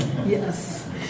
Yes